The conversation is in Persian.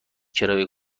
کرایه